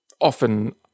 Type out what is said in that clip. often